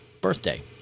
birthday